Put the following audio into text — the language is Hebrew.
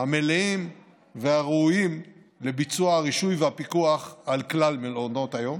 המלאים והראויים לביצוע הרישוי והפיקוח על כלל מעונות היום,